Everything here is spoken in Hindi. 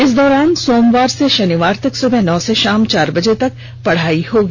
इस दौरान सोमवार से शनिवार तक सुबह नौ से शाम चार बजे तक पढ़ाई होगी